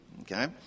okay